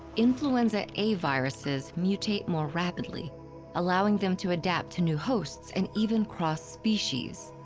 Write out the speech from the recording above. influenza a viruses mutate more rapidly allowing them to adapt to new hosts and even cross species.